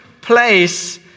place